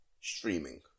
streaming